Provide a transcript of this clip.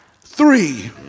three